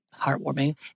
heartwarming